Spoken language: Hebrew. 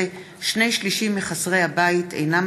סעיד אלחרומי ועמיר פרץ בנושא: שני-שלישים מחסרי הבית אינם